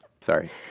Sorry